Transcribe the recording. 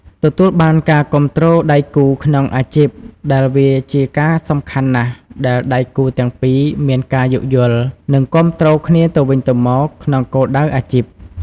ទទួលបានការគាំទ្រដៃគូក្នុងអាជីព ដែលវាជាការសំខាន់ណាស់ដែលដៃគូទាំងពីរមានការយោគយល់ និងគាំទ្រគ្នាទៅវិញទៅមកក្នុងគោលដៅអាជីព។